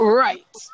right